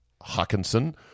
Hawkinson